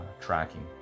tracking